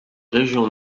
régions